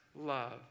love